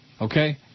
okay